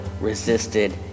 resisted